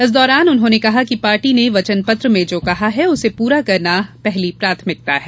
इस दौरान उन्होंने कहा कि पार्टी ने वचनपत्र में जो कहा है उसे पूरा करना पहली प्राथमिकता है